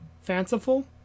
fanciful